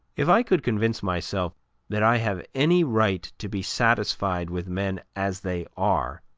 if i could convince myself that i have any right to be satisfied with men as they are,